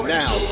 now